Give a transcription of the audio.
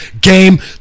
Game